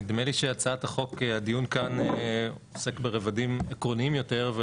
נדמה לי שהצעת החוק הדיון כאן עוסק ברבדים עקרוניים יותר,